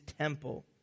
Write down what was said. temple